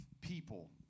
people